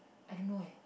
I don't know leh